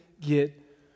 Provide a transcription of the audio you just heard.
get